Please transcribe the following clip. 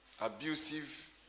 Abusive